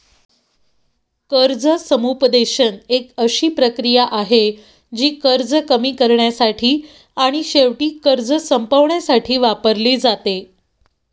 कर्ज समुपदेशन एक अशी प्रक्रिया आहे, जी कर्ज कमी करण्यासाठी आणि शेवटी कर्ज संपवण्यासाठी वापरली जाते